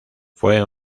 fue